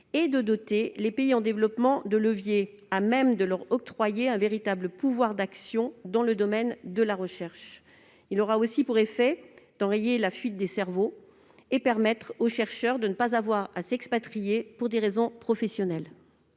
et de doter les pays en développement de leviers à même de leur octroyer un véritable pouvoir d'action dans le domaine de la recherche. L'adoption de cet amendement aura aussi pour effet d'enrayer la fuite des cerveaux et de permettre aux chercheurs de ne pas avoir à s'expatrier pour des raisons professionnelles.